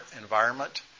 environment